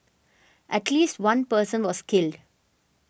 at least one person was killed